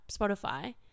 Spotify